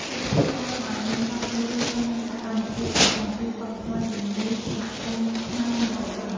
មិត្តភាពអាចនាំឱ្យមានការចូលរួមក្នុងសកម្មភាពសង្គម ឬវប្បធម៌ជាមួយ សហគមន៍ខ្មែរនៅបរទេស ។